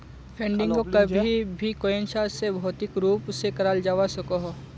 फंडिंगोक कभी भी कोयेंछा से भौतिक रूप से कराल जावा सकोह